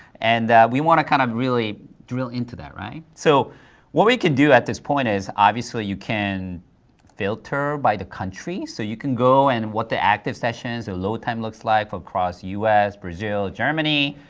and we want to kind of really drill into that, right? so what we can do at this point is obviously, you can filter by the country, so you can go and what the active sessions, the load time looks like across the us, brazil, germany.